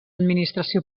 administració